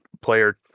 player